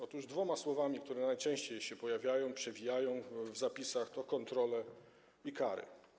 Otóż dwa słowa, które najczęściej się pojawiają i przewijają w zapisach, to kontrole i kary.